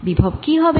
বিভব কি হবে